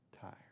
tired